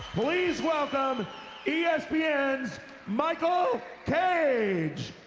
please welcome yeah espn's espn's michael cage.